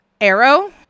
arrow